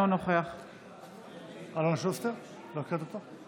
אינו נוכח לא הקראת אותו.